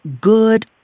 good